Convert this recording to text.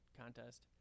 contest